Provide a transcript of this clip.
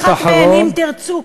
שאחת מהן היא "אם תרצו",